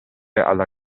alla